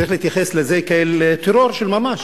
צריך להתייחס לזה כאל טרור של ממש.